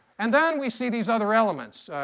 and then we see these other elements.